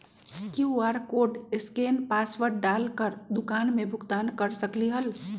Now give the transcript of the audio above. QR code scan password डाल कर दुकान में भुगतान कर सकलीहल?